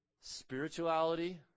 spirituality